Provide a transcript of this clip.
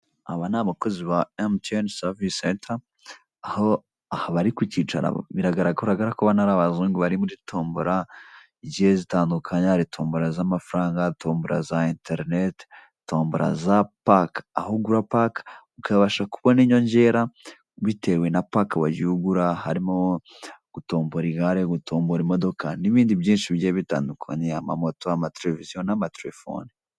Aba ni abakozi ba Emutiyeni savisi senta, aho aha bari ku cyicaro, biragaragara ko bano ari abazungu bari muri tombora zigiye zitandukanye, hari tombora z'amafaranga, tombora za interineti, tombora za pake, aho ugura pake ukabasha kubona inyongera bitewe na pake wagiye ugura, harimo gutombora igare, gutombora imodoka, n'ibindi byinshi bigiye bitandukanye, amamoto, amateleviziyo n'amatelefoni.